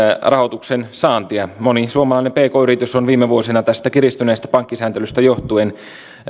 rahoituksen saantia moni suomalainen pk yritys on viime vuosina tästä kiristyneestä pankkisääntelystä johtuen